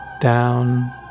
down